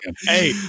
Hey